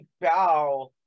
bow